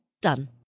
Done